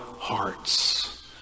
hearts